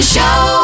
Show